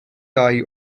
dau